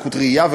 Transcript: לקות ראייה,